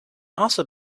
also